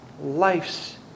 life's